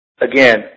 again